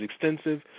extensive